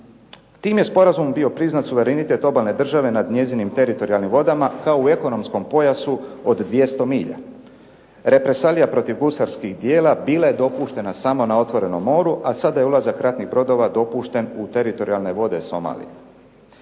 Tim je sporazumom bio priznat suverenitet obalne države nad njezinim teritorijalnim vodama kao u ekonomskom pojasu od 200 milja. Represalija protiv gusarskih djela bila je dopuštena samo na otvorenom moru, a sada je ulazak ratnih brodova dopušten u teritorijalne vode Somalije.